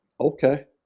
okay